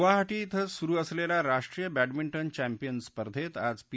गुवाहाटी इथं सुरु असलेल्या राष्ट्रीय बॅडमिंटन चॅम्पियन स्पर्धेत आज पी